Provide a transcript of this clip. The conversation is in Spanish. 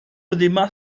prima